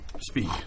speak